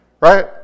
right